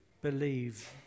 believe